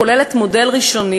כוללת מודל ראשוני,